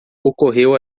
ocorreu